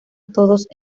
todos